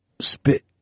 spit